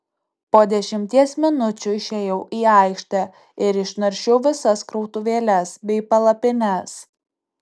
po dešimties minučių išėjau į aikštę ir išnaršiau visas krautuvėles bei palapines